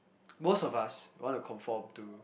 most of us wanna conform to